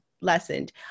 lessened